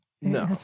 No